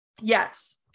yes